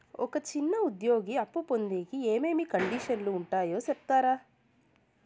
ఒక చిన్న ఉద్యోగి అప్పు పొందేకి ఏమేమి కండిషన్లు ఉంటాయో సెప్తారా?